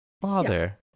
father